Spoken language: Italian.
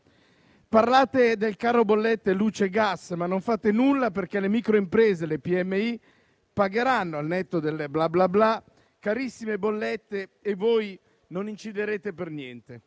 Parlate del caro bollette luce e gas, ma non fate nulla, perché le micro-imprese e le PMI pagheranno, al netto del "bla bla bla", bollette carissime e voi non inciderete per niente.